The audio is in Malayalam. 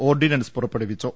ഓർഡിനൻസ് പുറപ്പെടുവിച്ചു